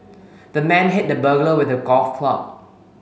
the man hit the burglar with a golf club